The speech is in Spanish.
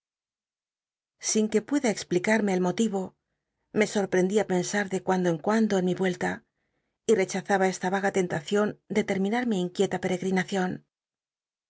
sin que pueda explicarmc el moti ro me sorprendia pensar de cuando en cuando en mi vuelta y rechazaba esta l'aga tentacion de terminar mi inquieta percgrinacion